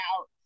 out